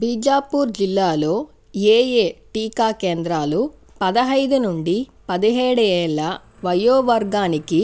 బీజాపూర్ జిల్లాలో ఏయే టీకా కేంద్రాలు పదిహేను నుండి పదిహేడేళ్ళ వయో వర్గానికి